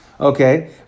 okay